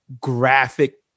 graphic